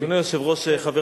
ביקשו ממני, החזרתם?